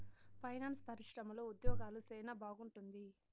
finance పరిశ్రమలో ఉద్యోగాలు సెనా బాగుంటుంది